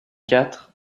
quatre